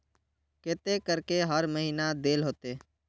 केते करके हर महीना देल होते?